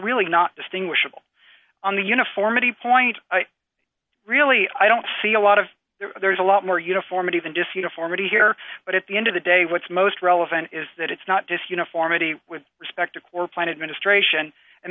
really not distinguishable on the uniformity point really i don't see a lot of there there is a lot more uniformity than just uniformity here but at the end of the day what's most relevant is that it's not just uniformity with respect to corps planet ministration and